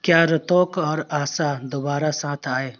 کیا رتوک اور آسا دوبارہ ساتھ آئے